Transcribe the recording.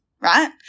right